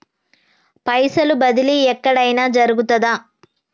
పైసల బదిలీ ఎక్కడయిన జరుగుతదా?